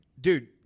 dude